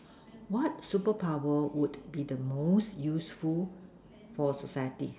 what super power would be the most useful for society